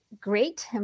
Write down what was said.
great